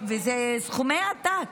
וזה סכומי עתק.